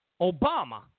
Obama